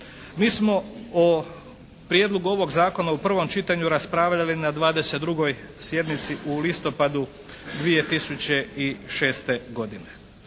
Mi smo o prijedlogu ovog zakona u prvom čitanju raspravljali na 22. sjednici u listopadu 2006. godine.